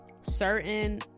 certain